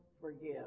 forgive